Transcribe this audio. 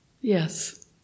Yes